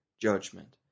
judgment